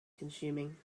consuming